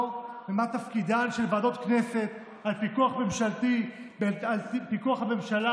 ומה תפקידן של ועדות הכנסת בפיקוח על הממשלה,